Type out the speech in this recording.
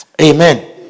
Amen